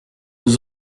nous